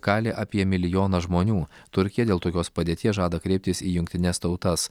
kali apie milijoną žmonių turkija dėl tokios padėties žada kreiptis į jungtines tautas